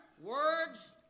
Words